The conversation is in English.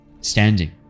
Standing